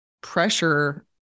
pressure